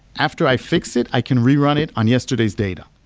after i fix it i can rerun it on yesterday's data